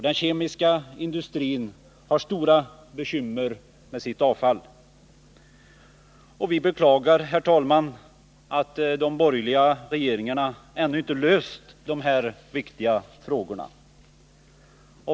Den kemiska industrin har stora bekymmer med sitt avfall. Vi beklagar, herr talman, att de borgerliga regeringarna ännu inte har löst dessa viktiga frågor.